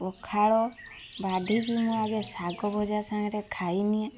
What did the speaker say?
ପଖାଳ ବଢ଼ିକି ମୁଁ ଆଗେ ଶାଗ ଭଜା ସାଙ୍ଗରେ ଖାଇ ନିଏ